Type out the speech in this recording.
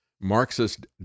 Marxist